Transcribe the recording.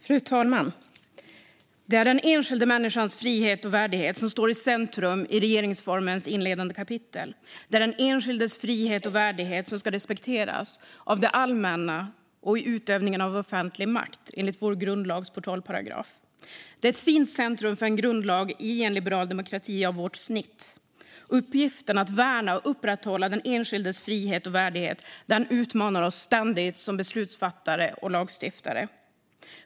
Fru talman! Det är den enskilda människans frihet och värdighet som står i centrum i regeringsformens inledande kapitel. Det är den enskildes frihet och värdighet som ska respekteras - av det allmänna och i utövningen av offentlig makt, enligt vår grundlags portalparagraf. Det är ett fint centrum för en grundlag i en liberal demokrati av vårt snitt. Uppgiften att värna och upprätthålla den enskildes frihet och värdighet utmanar ständigt oss som beslutsfattare och lagstiftare.